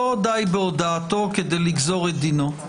לא די בהודאתו כדי לגזור את דינו.